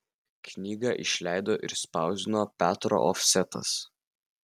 knygą išleido ir spausdino petro ofsetas